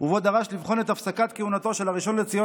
ובו דרש לבחון את הפסקת כהונתו של הראשון לציון